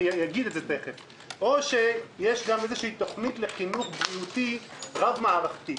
או יש תוכנית לחינוך בריאותי רב-מערכתי,